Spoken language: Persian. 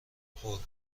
پرکردن